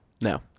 No